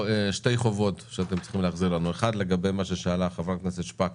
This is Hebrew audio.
האם בדקתם את העניין שהעלתה חברת הכנסת שפק